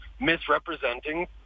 misrepresenting